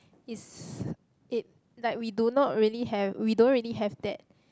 is it like we do not really have we don't really have that